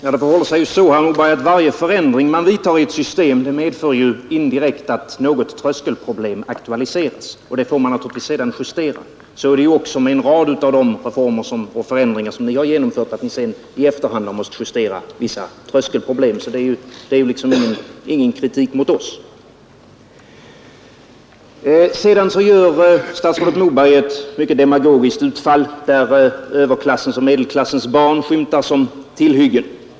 Fru talman! Det förhåller sig ju så, att varje förändring som man vidtar i ett system indirekt medför att något tröskelproblem aktualiseras. Dessa effekter får man naturligtvis sedan justera. Så är det också med en rad av de reformer och förändringar som ni genomfört; ni har i efterhand måst lösa vissa tröskelproblem. Det är alltså ingen kritik mot oss. Sedan gjorde statsrådet Moberg ett mycket demagogiskt utfall, där överklassens och medelklassens barn skymtade som tillhyggen.